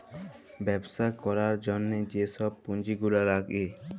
ব্যবছা ক্যরার জ্যনহে যে ছব পুঁজি গুলা রাখে